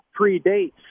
predates